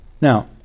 Now